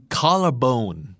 collarbone